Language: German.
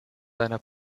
seiner